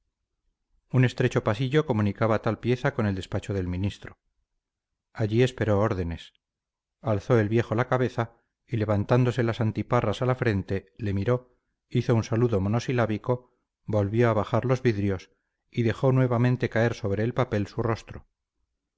un estrecho pasillo comunicaba la tal pieza con el despacho del ministro allí esperó órdenes alzó el viejo la cabeza y levantándose las antiparras a la frente le miró hizo un saludo monosilábico volvió a bajar los vidrios y dejó nuevamente caer sobre el papel su rostro